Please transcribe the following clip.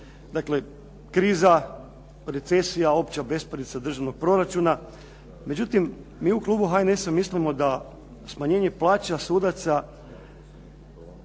Dakle, kriza, recesija, opća besparica državnog proračuna. Međutim, mi u klubu HNS-a mislimo da smanjenje plaća sudaca